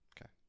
Okay